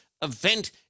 event